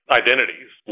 identities